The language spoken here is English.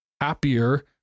happier